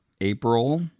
April